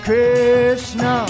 Krishna